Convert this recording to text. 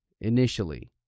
Initially